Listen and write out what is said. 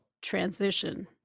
transition